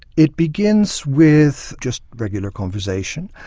it begins with just regular conversation.